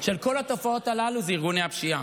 של כל התופעות הללו הוא ארגוני הפשיעה.